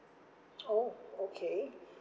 oh okay